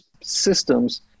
systems